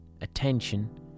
attention